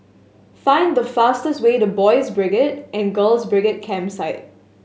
find the fastest way to Boys' Brigade and Girls' Brigade Campsite